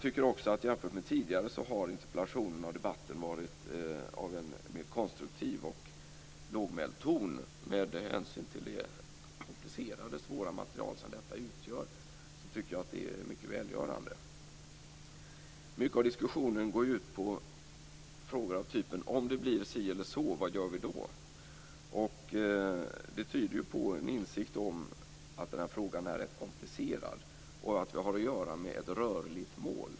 Jämfört med tidigare har interpellationerna och debatten varit av mer konstruktiv och lågmäld ton med hänsyn till det komplicerade material detta utgör. Det är mycket välgörande. Mycket av diskussionen går ut på frågor av typen: "Om det blir si eller så, vad gör vi då?" Det tyder på en insikt om att frågan är komplicerad och att vi har att göra med ett rörligt mål.